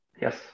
Yes